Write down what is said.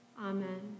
Amen